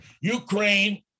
Ukraine